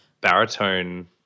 baritone